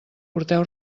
porteu